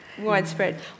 widespread